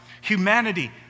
Humanity